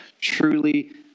truly